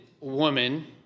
woman